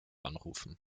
anrufen